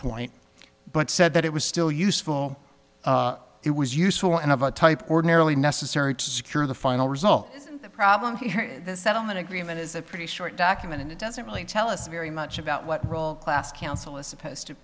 point but said that it was still useful it was useful and of a type ordinarily necessary to secure the final result the problem here the settlement agreement is a pretty short document and it doesn't really tell us very much about what role class council is supposed to